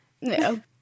No